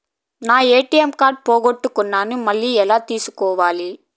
నా ATM card పోగొట్టుకున్నాను, మళ్ళీ ఎలా తీసుకోవాలి?